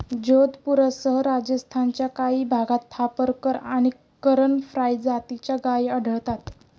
जोधपूरसह राजस्थानच्या काही भागात थापरकर आणि करण फ्राय जातीच्या गायी आढळतात